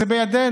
זה בידינו,